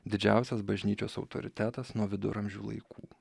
didžiausias bažnyčios autoritetas nuo viduramžių laikų